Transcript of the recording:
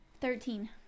Thirteen